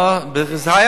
אבל זה היה